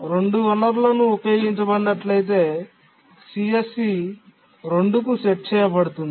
రెండు వనరులను ఉపయోగించినట్లయితే CSC 2 కు సెట్ చేయబడుతుంది